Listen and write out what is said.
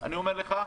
אני אומר לך,